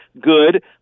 Good